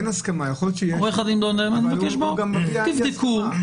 באין הסכמה, יכול להיות ש --- מביע אי הסכמה.